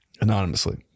anonymously